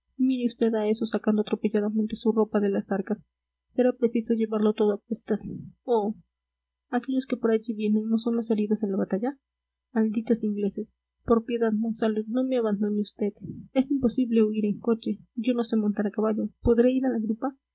mire vd a esos sacando atropelladamente su ropa de las arcas será preciso llevarlo todo a cuestas oh aquellos que por allí vienen no son los heridos de la batalla malditos ingleses por piedad monsalud no me abandone vd es imposible huir en coche yo no sé montar a caballo podré ir a la grupa